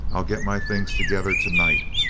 i'll get my things together to-night,